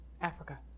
Africa